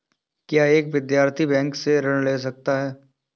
क्या एक विद्यार्थी बैंक से ऋण ले सकता है?